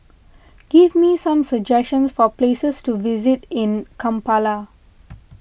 give me some suggestions for places to visit in Kampala